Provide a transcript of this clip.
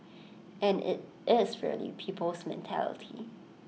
and IT is really people's mentality